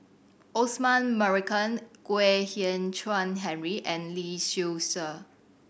Osman Merican Kwek Hian Chuan Henry and Lee Seow Ser